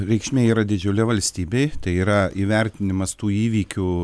reikšmė yra didžiulė valstybei tai yra įvertinimas tų įvykių